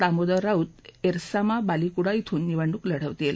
दामोदर राउत एरसामा बालीकुडा श्रून निवडणूक लढवतील